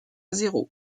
zéro